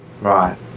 Right